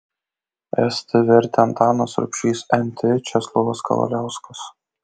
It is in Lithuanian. st vertė antanas rubšys nt česlovas kavaliauskas